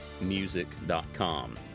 music.com